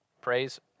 Praise